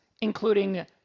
including